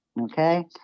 okay